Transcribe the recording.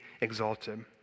exalted